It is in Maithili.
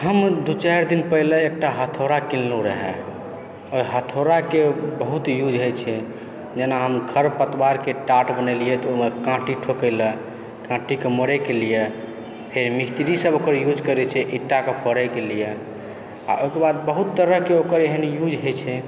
हम दू चारि दिन पहिने एकटा हथौड़ा किनलहुँ रहय हथौड़ा बहुत यूज होइत छै जेना हम खर पतवारके टाट बनेलियै तऽ ओहिमे काँटी ठोकै लए काँटीके मोरैके लिए फेर मिस्त्रीसभ ओकर युज करै छै ईंटाके फोड़िके लिए ओकर बाद बहुत तरहके एहन यूज होइत छै